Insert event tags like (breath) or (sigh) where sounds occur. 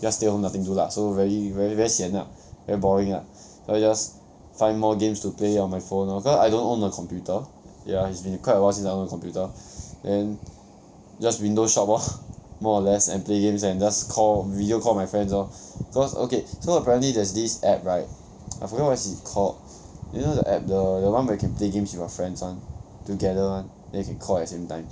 just stay home nothing do lah so very very very sian lah very boring lah everyday just find more games to play on my phone lor cause I don't own a computer ya it's been quite awhile since I own a computer then just window shop lor (breath) more or less and play games and just call or videocall my friends lor cause okay so apparently there's this app right I forget what it's called you know the app the the one where you can play games with your friends [one] together [one] then you can call at the same time